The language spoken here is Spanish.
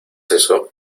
eso